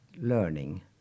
learning